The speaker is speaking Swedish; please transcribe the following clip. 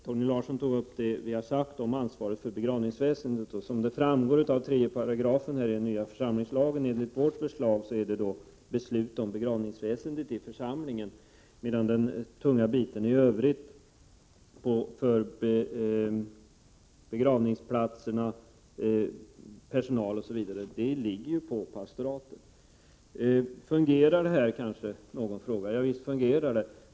Torgny Larsson tog upp vad vi har sagt om ansvaret för begravningsväsendet. Som framgår av 3 § i nya församlingslagen enligt vårt förslag fattas beslut om begravningsväsende i församlingen, medan den tunga biten i övrigt — när det gäller begravningsplatserna, personal osv. — ligger på pastoratet. Fungerar detta? frågar kanske någon. Ja, visst fungerar det.